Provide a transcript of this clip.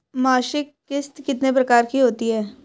मासिक किश्त कितने प्रकार की होती है?